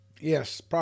Yes